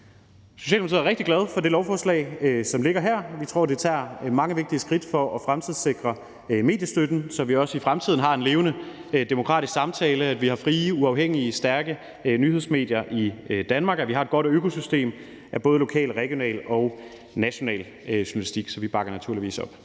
Socialdemokratiet er rigtig glade for det lovforslag, som ligger her. Vi tror, det tager mange vigtige skridt mod at fremtidssikre mediestøtten, så vi også i fremtiden har en levende demokratisk samtale, har frie, uafhængige og stærke nyhedsmedier i Danmark, og at vi har et godt økosystem af både lokal, regional og national journalistik. Så vi bakker naturligvis op.